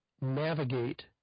navigate